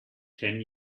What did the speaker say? ten